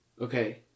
Okay